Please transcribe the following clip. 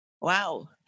Wow